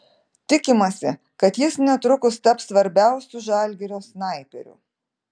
tikimasi kad jis netrukus taps svarbiausiu žalgirio snaiperiu